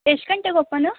ಎಷ್ಟು ಗಂಟೆಗೆ ಓಪನು